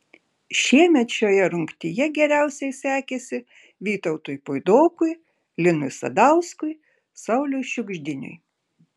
šiemet šioje rungtyje geriausiai sekėsi vytautui puidokui linui sadauskui sauliui šiugždiniui